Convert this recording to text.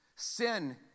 Sin